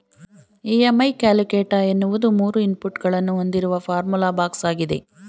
EMI calculator ಎನ್ನುವುದು ಮೂರು input ಗಳನ್ನು ಹೊಂದಿರುವ ಫಾರ್ಮುಲಾ ಬಾಕ್ಸ್ ಆಗಿದೆ